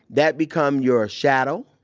that become your ah shadow,